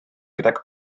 gydag